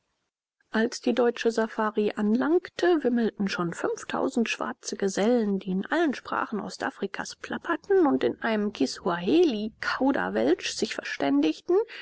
als die deutsche safari anlangte wimmelten schon fünftausend schwarze gesellen die in allen sprachen ostafrikas plapperten und in einem kisuahelikauderwelsch sich verständigten